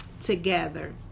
Together